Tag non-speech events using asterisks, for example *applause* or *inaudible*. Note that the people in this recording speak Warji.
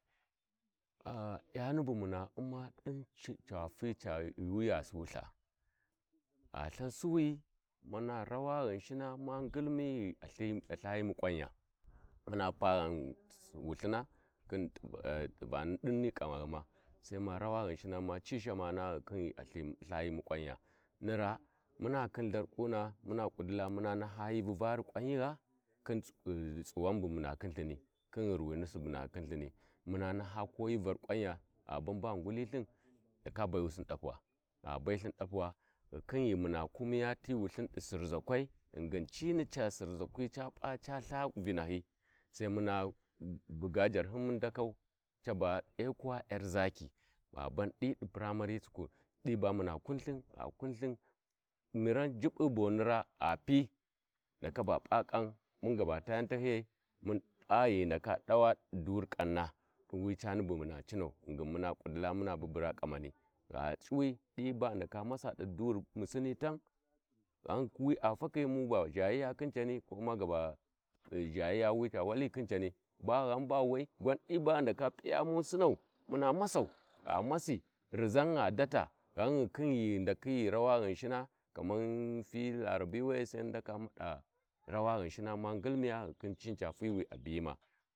*hesitation* Yani bu mama uma din ca ghuwi gha Sulha gha ltha Suwuyi muna rawa Ghinshina munangului ghi a lthayi ƙwanya muna pa ghau wulthina khin t’ivani ni ƙaghuma Sai ma nawa Ghinshina ma ci shamana ghikhin ghi a lthayimu k’wanyo ni raa muna khi lthakuna muna ƙudilla muna naha hi vari kwanya khi Tsu tsuwan Subu muna khin lthini muna naha hi var ƙwaya gh bau baghi nguili lthin ghi ndaka bugusi dapuwa ghikhi ghi muna kumiya ti Wulhin di Sirʒakwai ghingi cinica Suiʒakwi ca p’a ca ltha vinahi Sai muna baga jashin mun ndakau caba ECWA ‘yar Zaki gha bun di du primary school di ba muna kun Ihiu mira Jiɓɓi boni raa gha pi ghi ndaka ba p’a ƙan ghi ndaka ga ta yau tahiyai mun p’a ghi ghu ndaka dawa di duri ƙauna khin wi cani bu muna cinau muna ƙudila muna babura kamani gha cuwi di ba ghi ndaka masa di duri musini tam ghan wi a faki muba zhayiya Khin cani gu maba zha wi ca wali Khin cani ghan ga bawai diba ghi ndaka piya mu Sinau muna *noise* masau gha masi riʒa a data ghan ghikhi ghighu ndakhi ghi rawa Ghinshina kaman fi Larabi We Sai mu ndaka mada rawa Ghinish ghikhin cini ca fai wi a biyimai. *noise*